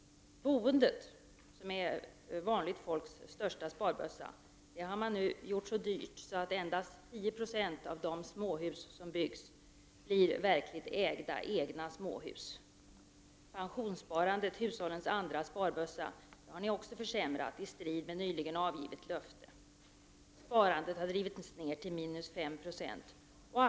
Boendet, som är vanligt folks största sparbössa, är nu så dyrt att endast 10 90 av de småhus som byggs verkligen blir enskilt ägda. Pensionssparandet, hushållens näst största sparbössa, har också försämrats i strid med nyligen avgivet löfte. Sparandet har drivits ned till minus 5 76.